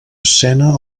escena